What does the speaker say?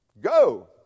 Go